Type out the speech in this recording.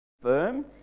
firm